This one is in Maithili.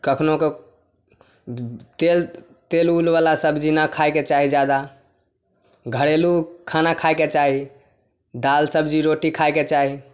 कखनो कऽ तेल तेल उल बला सब्जी नहि खायके चाही जादा घरेलू खाना खायके चाही दालि सब्जी रोटी खायके चाही